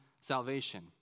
salvation